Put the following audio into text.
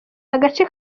agace